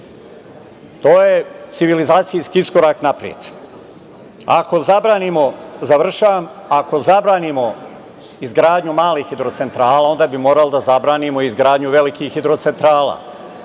To je civilizacijski iskorak napred. Ako zabranimo, završavam, izgradnju malih hidrocentrala onda bi moralo da zabranimo izgradnju velikih hidrocentrala,